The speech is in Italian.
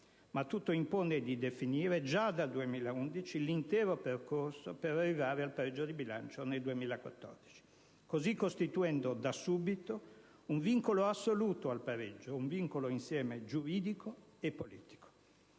Ma tutto impone di definire già dal 2011 l'intero percorso per arrivare al pareggio di bilancio nel 2014, così costituendo da subito un vincolo assoluto al pareggio: un vincolo insieme giuridico e politico.